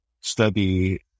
study